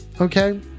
okay